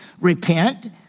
repent